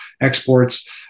exports